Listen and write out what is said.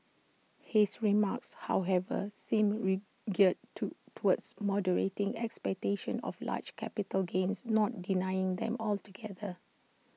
his remarks however seem geared to towards moderating expectations of large capital gains not denying them altogether